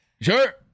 Sure